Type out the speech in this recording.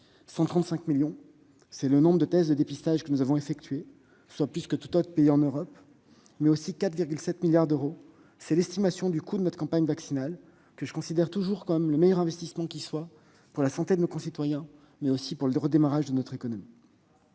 135 millions, c'est le nombre de tests de dépistage que nous avons réalisés, soit davantage que tout autre pays en Europe ; 4,7 milliards d'euros, c'est l'estimation du coût de notre campagne vaccinale, que je considère toujours comme le meilleur investissement qui soit, non seulement pour la santé de nos concitoyens, mais également pour le redémarrage de notre économie.